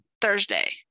Thursday